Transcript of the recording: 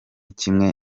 kimwe